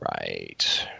right